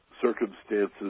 circumstances